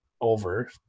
over